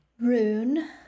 Rune